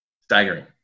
Staggering